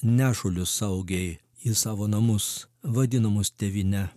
nešulius saugiai į savo namus vadinamus tėvyne